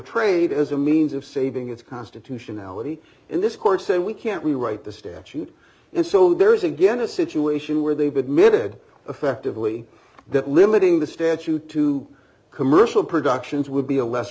trade as a means of saving its constitutionality in this court say we can't we write the statute and so there is again a situation where they've admitted effectively that limiting the statute to commercial productions would be a less